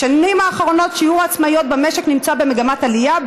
בשנים האחרונות שיעור העצמאיות במשק נמצא במגמת עלייה,